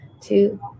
two